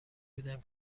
بودم